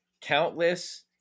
countless